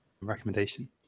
recommendation